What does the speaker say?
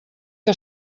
que